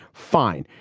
fine.